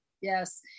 Yes